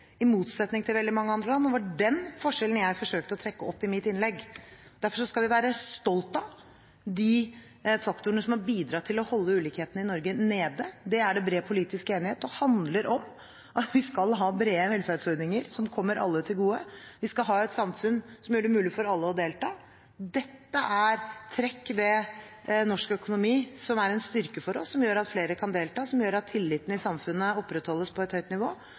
i Norge, i motsetning til veldig mange andre land, og det var den forskjellen jeg forsøkte å trekke opp i mitt innlegg. Derfor skal vi være stolte av de faktorene som har bidratt til å holde ulikhetene i Norge nede. Det er det bred politisk enighet om, og det handler om at vi skal ha brede velferdsordninger som kommer alle til gode, vi skal ha et samfunn som gjør det mulig for alle å delta. Dette er trekk ved norsk økonomi som er en styrke for oss, som gjør at flere kan delta, og som gjør at tilliten i samfunnet opprettholdes på et høyt nivå.